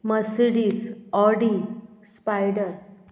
Mercedes Audi spider